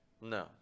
No